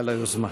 על היוזמה.